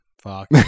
Fuck